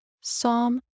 Psalm